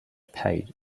paid